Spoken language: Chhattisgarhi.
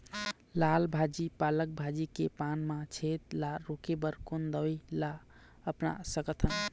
लाल भाजी पालक भाजी के पान मा छेद ला रोके बर कोन दवई ला अपना सकथन?